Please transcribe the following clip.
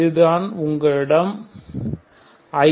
இது தான் உங்களிடம்I